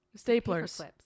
Staplers